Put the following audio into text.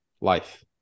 Life